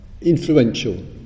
influential